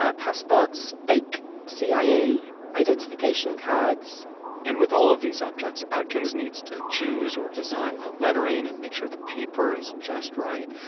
ah passports, fake cia identification cards and with all of these objects, atkins needs to choose or design the lettering and make sure the paper is just right.